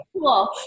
cool